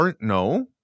No